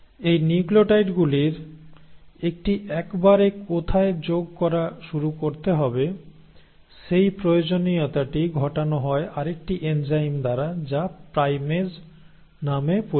এই নিউক্লিওটাইডগুলির একটি একবারে কোথায় যোগ করা শুরু করতে হবে সেই প্রয়োজনীয়তাটি ঘটানো হয় আরেকটি এনজাইম দ্বারা যা প্রাইমেস নামে পরিচিত